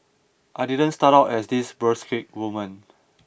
I didn't start out as this burlesque woman